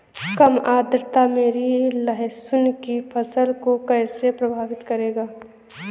कम आर्द्रता मेरी लहसुन की फसल को कैसे प्रभावित करेगा?